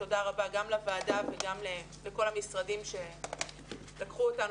תודה רבה גם לוועדה וגם לכל המשרדים שלקחו אותנו